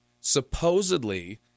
Supposedly